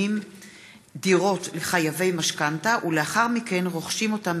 חמד עמאר, רוברט אילטוב,